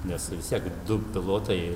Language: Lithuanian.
nes vis tiek du pilotai